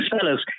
fellas